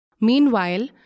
Meanwhile